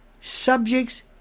subjects